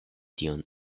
tion